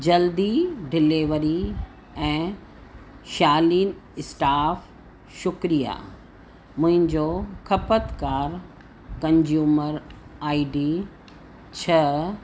जल्दी डिलेवरी ऐं शालीन स्टाफ शुक्रिया मुंहिंजो खपतकार कंज्यूमर आईडी छह